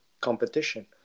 competition